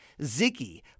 Ziggy